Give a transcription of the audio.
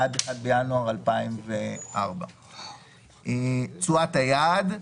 עד 1 בינואר 2004 "תשואת היעד"